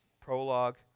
prologue